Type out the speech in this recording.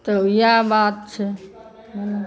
तऽ इएह बात छै बुझलहुँ